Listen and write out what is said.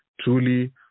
truly